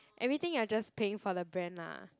everything you're just paying for the brand lah